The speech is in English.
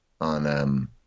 on